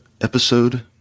episode